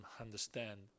understand